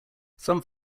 some